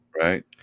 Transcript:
Right